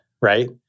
right